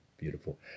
Beautiful